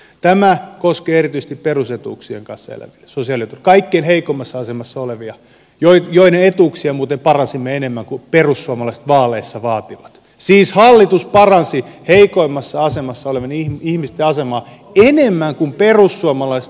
tämä koskee erityisesti perusetuuksien kanssa eläviä kaikkein heikoimmassa asemassa olevia joiden etuuksia muuten paransimme enemmän kuin perussuomalaiset vaaleissa vaativat siis hallitus paransi heikoimmassa asemassa olevien ihmisten asemaa enemmän kuin perussuomalaiset vaaleissa vaativat